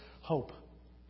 hope